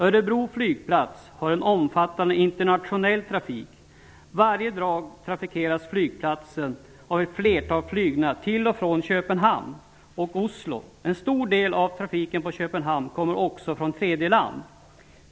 Örebro flygplats har en omfattande internationell trafik. Varje dag trafikeras flygplatsen av ett flertal flygningar till och från Köpenhamn och Oslo. En stor del av trafiken från Köpenhamn är också från tredje land.